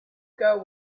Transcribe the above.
girl